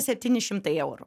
septyni šimtai eurų